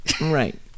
right